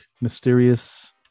mysterious